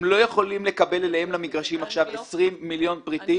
הם לא יכולים לקבל למגרשים שלהם כ-20 מיליון פריטים